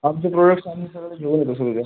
आमचे प्रोळक्स आम्ही सगळे घेऊन येतो सुविधा